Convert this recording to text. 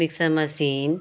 mixer machine